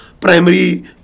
primary